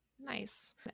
Nice